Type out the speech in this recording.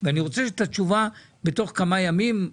ואני רוצה את התשובה בתוך כמה ימים.